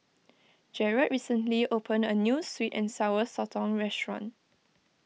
Jarad recently opened a New Sweet and Sour Sotong Restaurant